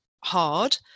hard